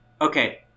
Okay